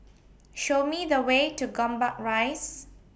Show Me The Way to Gombak Rise